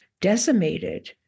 decimated